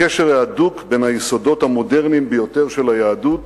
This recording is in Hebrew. הקשר ההדוק של היסודות המודרניים ביותר של היהדות